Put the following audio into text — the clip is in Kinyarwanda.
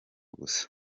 gusa